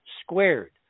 squared